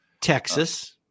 Texas